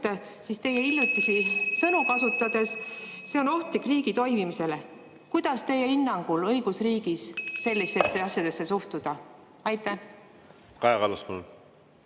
siis, teie hiljutisi sõnu kasutades, on see ohtlik riigi toimimisele. Kuidas teie hinnangul õigusriigis sellistesse asjadesse suhtuda?